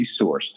resourced